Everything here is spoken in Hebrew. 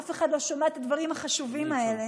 אף אחד לא שומע את הדברים החשובים האלה.